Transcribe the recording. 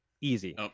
Easy